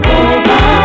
over